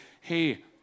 hey